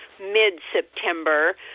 mid-September